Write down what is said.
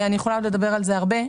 אני יכולה לדבר על זה עוד הרבה,